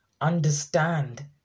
understand